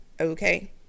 Okay